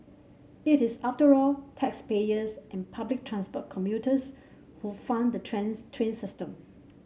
it is after all taxpayers and public transport commuters who fund the train system